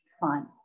fun